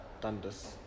Dundas